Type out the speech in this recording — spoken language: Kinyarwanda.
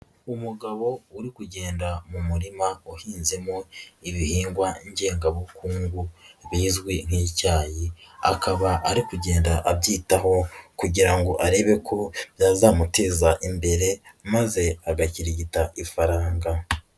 Umugabo uri kugenda mu murima wahinzemo ibihingwa ngengabukungu bizwi nk'icyayi, akaba ari kugenda abyitaho kugira ngo arebe ko byazamuteza imbere maze agakirigita ifaranga.